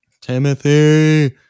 Timothy